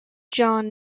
john